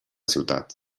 ciutat